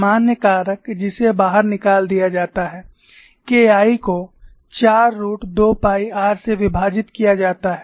सामान्य कारक जिसे बाहर निकाल दिया जाता है K I को 4 रूट 2 पाई r से विभाजित किया जाता है